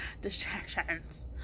distractions